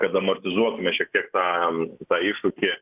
kad amortizuotume šiek tiek tą tą iššūkį